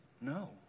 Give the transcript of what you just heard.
no